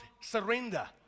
surrender